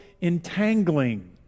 entangling